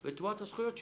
לתבוע את הזכויות שלהם.